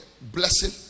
blessing